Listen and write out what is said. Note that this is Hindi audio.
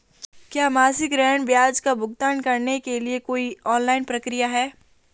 क्या मासिक ऋण ब्याज का भुगतान करने के लिए कोई ऑनलाइन प्रक्रिया है?